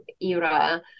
era